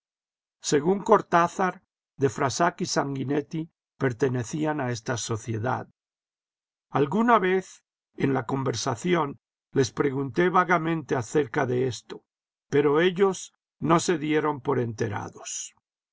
según cortázar de frassac y sanguinetti pertenecían a esta sociedad alguna vez en la conversación les pregunté vagamente acerca de esto pero ellos no se dieron por enterados